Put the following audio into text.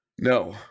No